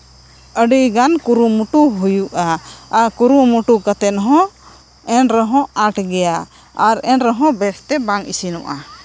ᱟᱹᱰᱤ ᱜᱟᱱ ᱠᱩᱨᱩᱢᱩᱴᱩ ᱦᱩᱭᱩᱜᱼᱟ ᱟᱨ ᱠᱩᱨᱩᱢᱩᱴᱩ ᱠᱟᱛᱮ ᱦᱚᱸ ᱮᱱ ᱨᱮ ᱦᱚᱸ ᱟᱸᱴ ᱜᱮᱭᱟ ᱟᱨ ᱮᱱ ᱨᱮ ᱦᱚᱸ ᱵᱮᱥᱛᱮ ᱵᱟᱝ ᱤᱥᱤᱱᱚᱜᱼᱟ